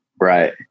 Right